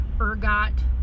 ergot